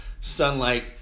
sunlight